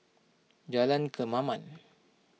Jalan Kemaman